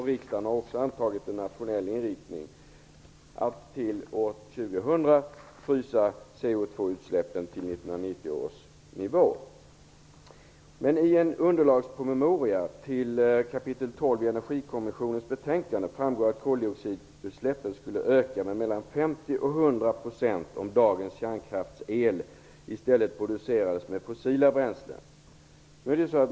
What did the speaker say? Riksdagen har också antagit en nationell inriktning att till år 2000 frysa Energikommissionens betänkande framgår att koldioxidutsläppen skulle öka med mellan 50 och 100 % om dagens kärnkraftsel i stället producerades med fossila bränslen.